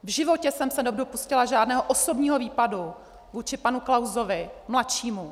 V životě jsem se nedopustila žádného osobního výpadu vůči panu Klausovi mladšímu.